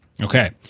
Okay